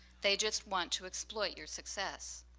they just want to exploit your success.